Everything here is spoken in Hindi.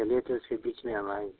चलिए तो इसी बीच में हम आएँगे